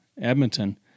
Edmonton